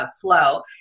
flow